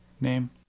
name